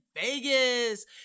vegas